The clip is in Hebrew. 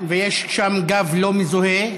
ויש שם גב לא מזוהה.